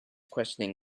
questioning